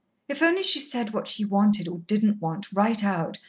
if only she said what she wanted or didn't want, right out,